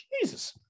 Jesus